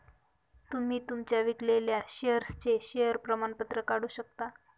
तुम्ही तुमच्या विकलेल्या शेअर्सचे शेअर प्रमाणपत्र काढू शकता